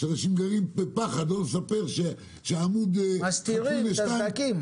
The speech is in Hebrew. שאנשים גרים בפחד לא לספר שעמוד חצוי לשניים -- מסתירים את הסדקים.